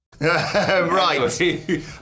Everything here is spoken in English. Right